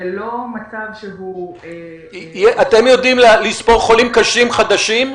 זה לא מצב שהוא --- אתם יודעים לספור חולים קשים חדשים?